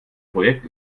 projekt